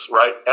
right